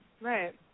right